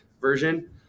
version